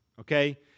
Okay